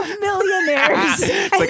millionaires